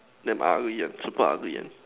damn ugly one super ugly one